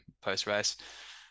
post-race